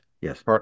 Yes